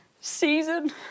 season